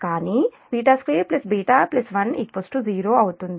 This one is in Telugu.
063β2 β కానీβ2 β10 అవుతుంది